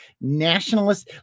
nationalists